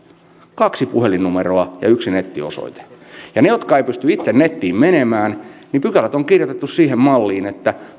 kaksi puhelinnumeroa ja yksi nettiosoite ja niitä varten jotka eivät pysty itse nettiin menemään pykälät on kirjoitettu siihen malliin että